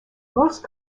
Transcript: most